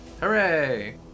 hooray